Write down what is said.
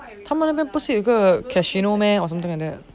他们那边不是有个 casino meh or something like that